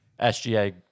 SGA